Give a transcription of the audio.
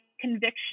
conviction